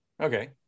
Okay